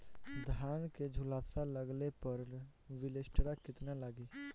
धान के झुलसा लगले पर विलेस्टरा कितना लागी?